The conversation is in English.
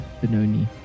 Benoni